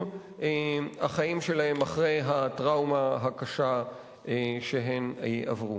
החיים שלהן אחרי הטראומה הקשה שהן עברו.